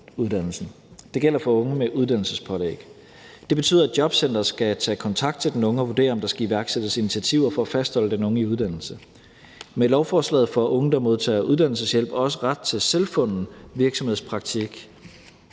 Det gælder for unge med uddannelsespålæg. Det betyder, at jobcenteret skal tage kontakt til den unge og vurdere, om der skal iværksættes initiativer for at fastholde den unge i uddannelse. Med lovforslaget får unge, der modtager uddannelseshjælp, også ret til selvfunden virksomhedspraktik